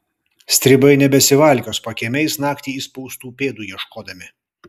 stribai nebesivalkios pakiemiais naktį įspaustų pėdų ieškodami